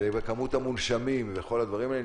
וכמות המונשמים וכל הדברים האלה,